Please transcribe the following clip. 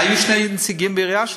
היו שני נציגים בעירייה שלו.